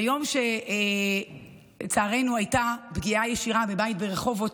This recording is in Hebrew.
ביום שבו הייתה פגיעה ישירה בבית ברחובות,